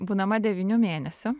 būdama devynių mėnesių